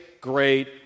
great